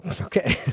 Okay